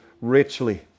richly